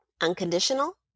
Unconditional